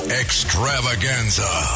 extravaganza